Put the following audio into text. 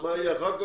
מה יהיה אחר כך?